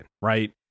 right